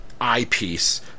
eyepiece